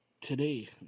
Today